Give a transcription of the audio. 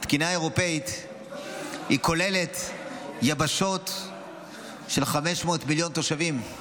התקינה האירופית כוללת יבשות של 500 מיליון תושבים,